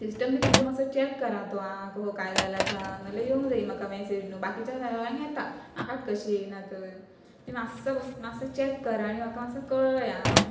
system बी तुमचो मातसो चॅक करा तो आं कहो काय जालां तां नाल्यार येवंक जायी म्हाका मॅसेज न्हू बाकीच्या सळ्यांक येता म्हाकात कशी येना थंय बी मातसो मातसो चॅक करा आनी म्हाका मातसो कळय आं